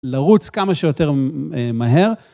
לרוץ כמה שיותר מהר.